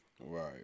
Right